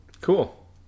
Cool